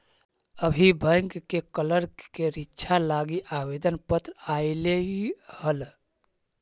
अभी बैंक के क्लर्क के रीक्षा लागी आवेदन पत्र आएलई हल